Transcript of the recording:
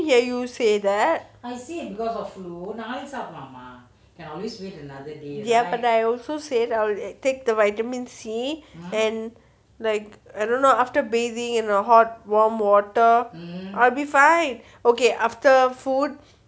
hear you say that I ya but I also said that I'll take the vitamin C then like I don't know after bathing in a hot warm water I'll be fine okay after food